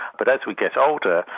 but as we get older,